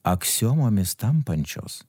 aksiomomis tampančios